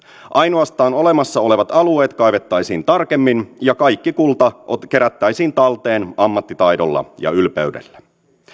ainoastaan olemassa olevat alueet kaivettaisiin tarkemmin ja kaikki kulta kerättäisiin talteen ammattitaidolla ja ylpeydellä